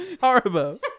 horrible